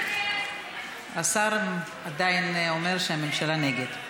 השר עדיין אומר שהממשלה נגד.